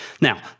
Now